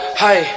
hey